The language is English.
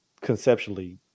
conceptually